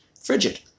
frigid